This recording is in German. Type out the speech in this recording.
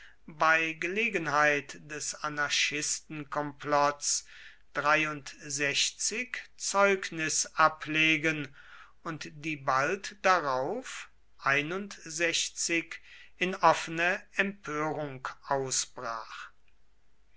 bei gelegenheit des anarchistenkomplotts zeugnis ablegen und die bald darauf in offene empörung ausbrach